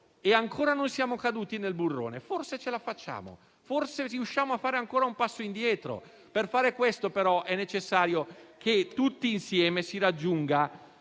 e ancora non siamo caduti nel burrone. Forse ce la facciamo. Forse riusciamo a fare ancora un passo indietro. Per fare questo, però, è necessario che tutti insieme realizziamo